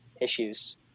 issues